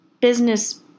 business